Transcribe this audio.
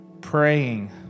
praying